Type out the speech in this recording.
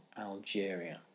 Algeria